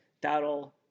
that'll